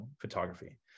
photography